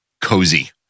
Cozy